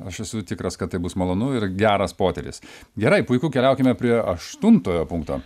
aš esu tikras kad tai bus malonu ir geras potyris gerai puiku keliaukime prie aštuntojo punkto